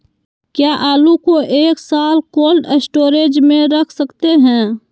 क्या आलू को एक साल कोल्ड स्टोरेज में रख सकते हैं?